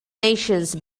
nations